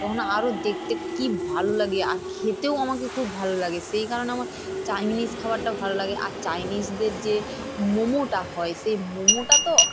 তখন আরও দেখতে কী ভালো লাগে আর খেতেও আমাকে খুব ভালো লাগে সেই কারণে আমার চাইনিজ খাবারটা ভালো লাগে আর চাইনিজদের যে মোমোটা হয় সেই মোমোটা তো